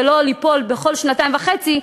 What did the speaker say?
ולא ליפול כל שנתיים וחצי,